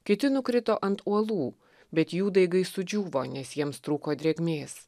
kiti nukrito ant uolų bet jų daigai sudžiūvo nes jiems trūko drėgmės